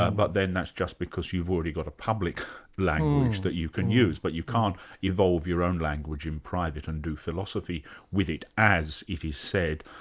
ah but then that's just because you've already got a public language that you can use, but you can't evolve your own language in private and do philosophy with it as, it is said,